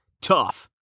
tough